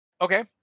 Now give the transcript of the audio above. Okay